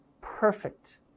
perfect